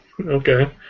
Okay